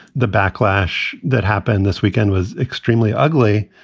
the backlash that happened this weekend was extremely ugly.